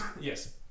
Yes